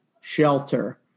Shelter